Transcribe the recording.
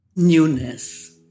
Newness